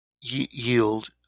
yield